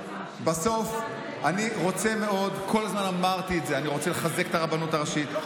כל הזמן אמרתי את זה: בסוף אני רוצה מאוד לחזק את הרבנות הראשית,